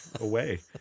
Away